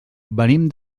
venim